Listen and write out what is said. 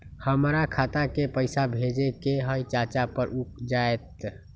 हमरा खाता के पईसा भेजेए के हई चाचा पर ऊ जाएत?